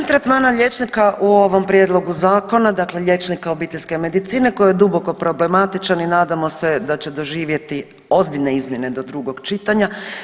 Osim tretmana liječnika u ovom prijedlogu zakona, dakle liječnika obiteljske medicine koji je duboko problematičan i nadamo se da će doživjeti ozbiljne izmjene do drugog čitanja.